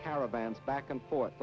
caravans back and forth